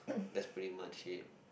that's pretty much it